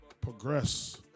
Progress